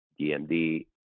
DMD